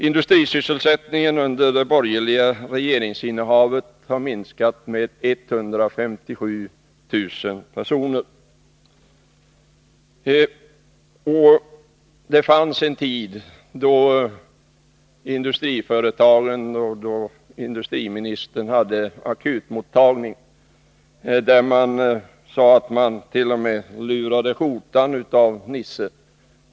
Industrisysselsättningen under det borgerliga regeringsinnehavet har minskat med 157 000 personer. Det fanns en tid då industriministern hade akutmottagning. Industriföretagen sade att de vid dessa tillfällen t.o.m. ”lurade skjortan av Nisse”.